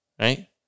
Right